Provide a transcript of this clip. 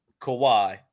Kawhi